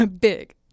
Big